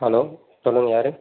hello சொல்லுங்கள் யார்